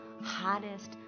hottest